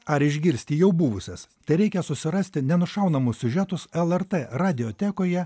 ar išgirsti jau buvusias tereikia susirasti nenušaunamus siužetus lrt radiotekoje